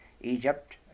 Egypt